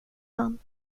han